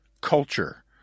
culture